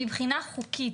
מבחינה חוקית,